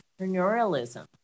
entrepreneurialism